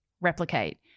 replicate